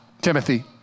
Timothy